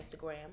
Instagram